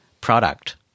product